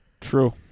true